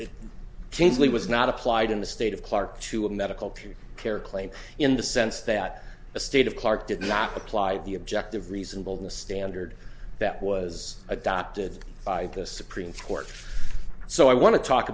kingsley was not applied in the state of clarke to a medical peer care claim in the sense that the state of clarke did not apply the objective reasonableness standard that was adopted by the supreme court so i want to talk